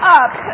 up